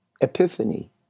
epiphany